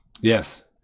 Yes